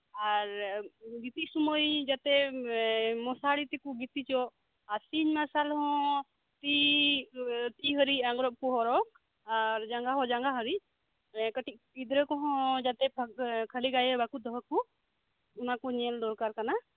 ᱟᱨ ᱜᱤᱛᱤᱡ ᱥᱩᱢᱟᱹᱭ ᱡᱟᱛᱮ ᱢᱚᱥᱟᱲᱤ ᱛᱮᱠᱩ ᱜᱤᱛᱤᱪᱚᱜ ᱟᱨ ᱥᱤᱧᱢᱟᱨᱥᱟᱞ ᱦᱚᱸ ᱛᱤᱦᱟᱹᱨᱤᱡ ᱠᱩ ᱦᱚᱨᱚᱜ ᱟᱨ ᱡᱷᱟᱸᱜᱟ ᱦᱚᱸ ᱡᱷᱟᱸᱜᱟ ᱦᱟᱹᱨᱤᱡ ᱢᱟᱱᱮ ᱠᱟᱹᱴᱤᱡ ᱜᱤᱫᱽᱨᱟᱹ ᱠᱚᱦᱚᱸ ᱡᱟᱛᱮ ᱠᱷᱟᱹᱞᱤ ᱜᱟᱭᱮ ᱵᱟᱠᱩ ᱫᱚᱦᱚᱠᱩ ᱚᱱᱟᱠᱩ ᱧᱮᱞᱫᱚᱨᱠᱟᱨ ᱠᱟᱱᱟ